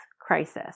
crisis